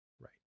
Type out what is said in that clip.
Right